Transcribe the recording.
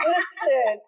Listen